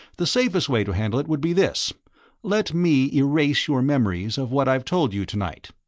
the safest way to handle it would be this let me erase your memories of what i've told you tonight.